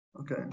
okay